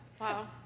Wow